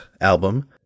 album